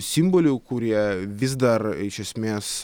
simbolių kurie vis dar iš esmės